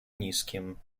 низким